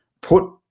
put